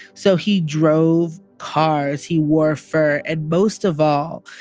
so he drove cars. he wore fur. and most of all,